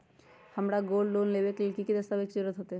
हमरा gold loan लेबे के लेल कि कि दस्ताबेज के जरूरत होयेत?